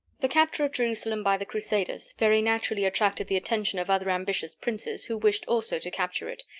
the capture of jerusalem by the crusaders very naturally attracted the attention of other ambitious princes who wished also to capture it,